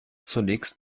zunächst